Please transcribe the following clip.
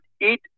eat